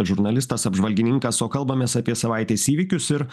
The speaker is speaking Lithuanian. žurnalistas apžvalgininkas o kalbamės apie savaitės įvykius ir